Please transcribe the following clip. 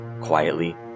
quietly